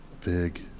big